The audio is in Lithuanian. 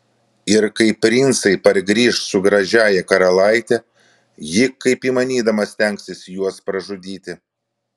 ir kai princai pargrįš su gražiąja karalaite ji kaip įmanydama stengsis juos pražudyti